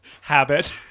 Habit